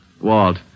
Walt